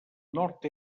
nord